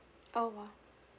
oh !wah!